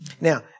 Now